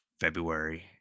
February